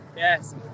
Yes